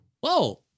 whoa